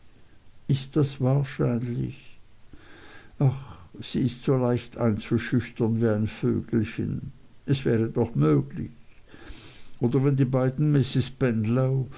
ist das wahrscheinlich ach sie ist so leicht einzuschüchtern wie ein vögelchen es wäre doch möglich oder wenn die beiden